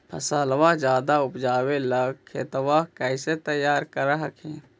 फसलबा ज्यादा उपजाबे ला खेतबा कैसे तैयार कर हखिन?